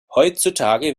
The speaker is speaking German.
heutzutage